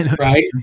right